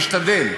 משתדל,